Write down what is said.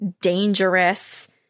dangerous